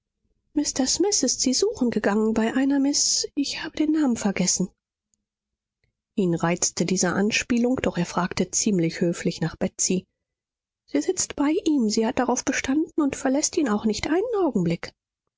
mr smith ist sie suchen gegangen bei einer miß ich habe den namen vergessen ihn reizte diese anspielung doch er fragte ziemlich höflich nach betsy sie sitzt bei ihm sie hat darauf bestanden und verläßt ihn auch nicht einen augenblick